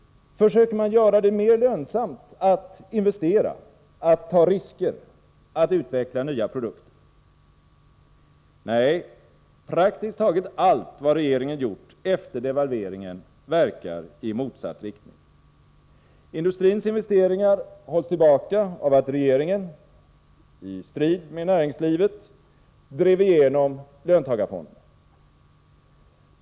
Försöker den göra det mer lönsamt att investera, att ta risker och att utveckla nya produkter? Nej, praktiskt taget allt regeringen gjort efter devalveringen verkar i motsatt riktning. Industrins investeringar hålls tillbaka av att regeringen, i strid med näringslivet, drev igenom löntagarfonderna.